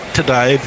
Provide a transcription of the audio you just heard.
today